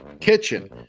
Kitchen